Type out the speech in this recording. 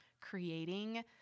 creating